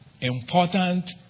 important